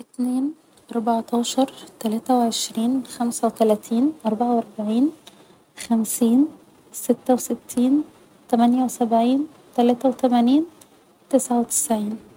اتنين اربعتاشر تلاتة و عشرين خمسة و تلاتين اربعة و أربعين خمسين ستة و ستين تمانية و سبعين تلاتة و تمانين تسعة و تسعين